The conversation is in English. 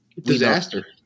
Disaster